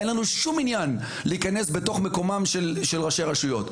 אין לנו שום עניין להיכנס בתוך מקומם של ראשי רשויות,